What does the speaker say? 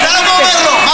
בעד יריב לוין,